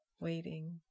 waiting